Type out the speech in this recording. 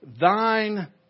Thine